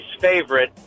favorite